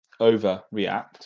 overreact